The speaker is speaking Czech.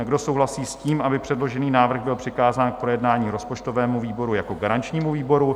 Kdo souhlasí s tím, aby předložený návrh byl přikázán k projednání rozpočtovému výboru jako garančnímu výboru?